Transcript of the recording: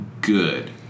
good